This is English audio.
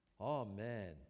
Amen